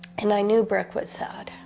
and i knew brooke was sad.